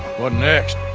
what next?